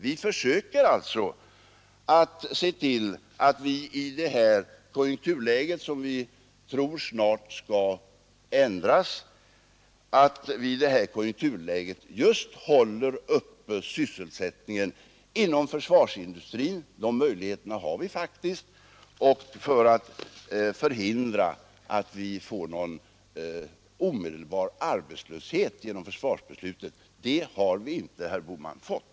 Vi försöker alltså att se till att vi i det här konjunkturläget, som vi tror snart skall ändras, håller uppe sysselsättningen inom försvarsindustrin — de möjligheterna har vi faktiskt — för att förhindra att vi får någon omedelbar arbetslöshet genom försvarsbeslutet. Och det har vi inte, herr Bohman, fått.